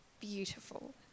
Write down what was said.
beautiful